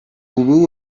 ubu